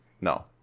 No